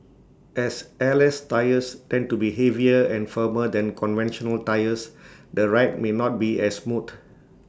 as airless tyres tend to be heavier and firmer than conventional tyres the ride may not be as smooth